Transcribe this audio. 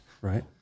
right